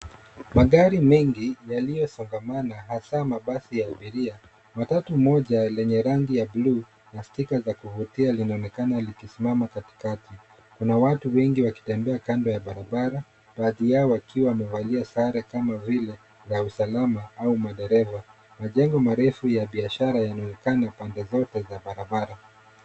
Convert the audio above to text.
Magari mengi yaliyosongamana hasa mabasi ya abiria. Matatu mmoja lenye rangi ya bluu na sticker za kuvutia linaonekana likisimama katikati. Kuna watu wengi wakitembea kando ya barabara, baadhi yao wakiwa wamevalia sare kama vile za usalama au madereva. Majengo marefu ya biashara yanaonekana pande zote za barabara.